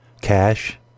cash